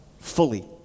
fully